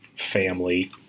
family